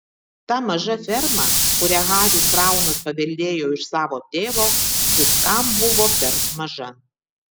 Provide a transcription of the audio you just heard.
ta maža ferma kurią haris braunas paveldėjo iš savo tėvo viskam buvo per maža